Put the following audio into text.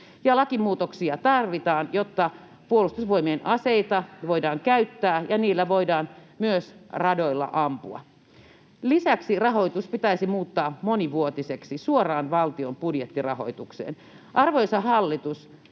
Lakimuutoksia tarvitaan, jotta Puolustusvoimien aseita voidaan käyttää ja niillä voidaan myös radoilla ampua. Lisäksi rahoitus pitäisi muuttaa monivuotiseksi, suoraan valtion budjettirahoitukseen. Arvoisa hallitus,